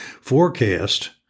Forecast